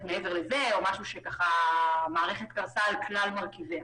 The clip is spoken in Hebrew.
מעבר לזה שהמערכת קרסה על כלל מרכיביה.